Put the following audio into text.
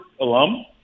alum